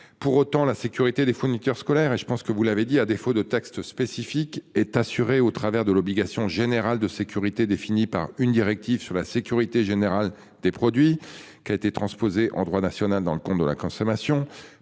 Pour autant, la sécurité des fournitures scolaires et je pense que vous l'avez dit, à défaut de texte spécifique est assuré au travers de l'obligation générale de sécurité définies par une directive sur la sécurité générale des produits qui a été transposée en droit national dans le compte de la consommation.